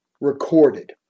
recorded